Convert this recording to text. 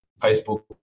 Facebook